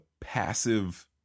passive